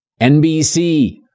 NBC